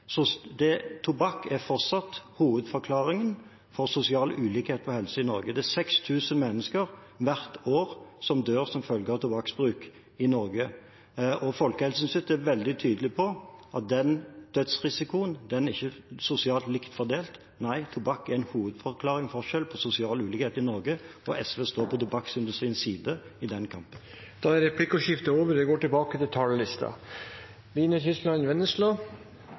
Det er hvert år 6 000 mennesker som dør som følge av tobakksbruk i Norge. Folkehelseinstituttet er veldig tydelig på at dødsrisikoen ikke er sosialt likt fordelt. Nei, tobakk er en hovedforklaring på sosial ulikhet i Norge, og SV står på tobakksindustriens side i den kampen. Replikkordskiftet er